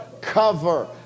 cover